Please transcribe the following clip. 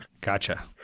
Gotcha